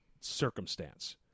circumstance